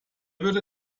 würde